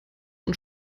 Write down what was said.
und